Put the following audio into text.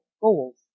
goals